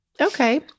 Okay